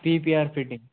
P P R fitting